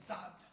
סַעַד.